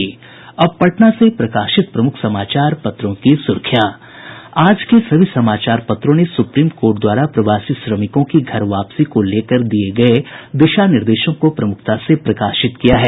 अब पटना से प्रकाशित प्रमुख समाचार पत्रों की सुर्खियां आज के सभी समाचार पत्रों ने सुप्रीम कोर्ट द्वारा प्रवासी श्रमिकों की घर वापसी को लेकर दिये गये दिशा निर्देशों को प्रमुखता से प्रकाशित किया है